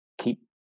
keep